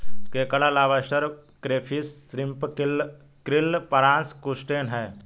केकड़ा lobster crayfish shrimp krill prawns crustacean है